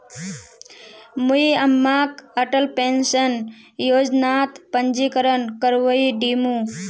मुई अम्माक अटल पेंशन योजनात पंजीकरण करवइ दिमु